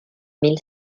mille